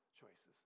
choices